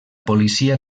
policia